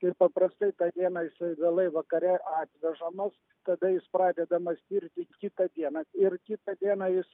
ir paprastai tą dieną jisai vėlai vakare atvežamas tada jis pradedamas tirti kitą dieną ir kitą dieną jis